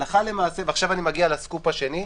ועכשיו אני מגיע לסקופ השני,